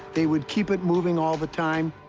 they would keep it moving all the time.